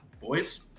boys